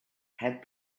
had